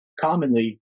commonly